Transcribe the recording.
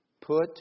put